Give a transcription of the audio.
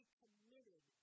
committed